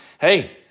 Hey